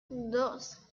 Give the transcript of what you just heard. dos